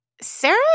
Sarah